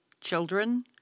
children